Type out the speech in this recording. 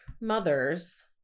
mothers